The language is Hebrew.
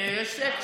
למה?